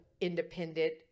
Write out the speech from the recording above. independent